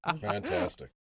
fantastic